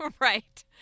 Right